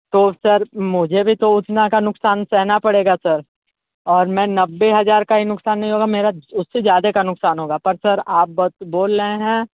तो सर मुझे भी तो उतना का नुकसान सहना पड़ेगा सर और मैं नब्बे हजार का ही नुकसान नहीं होगा मेरा उससे ज़्यादा का नुकसान होगा पर सर आप बस बोल रहे हैं